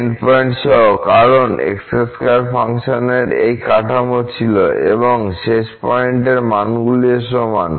endpoint সহ কারণ x2 ফাংশনের এই কাঠামো ছিল এবং শেষ পয়েন্টের মানগুলিও সমান